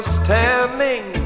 standing